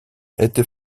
était